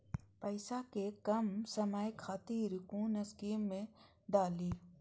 पैसा कै कम समय खातिर कुन स्कीम मैं डाली?